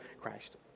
Christ